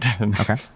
okay